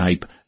type